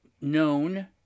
known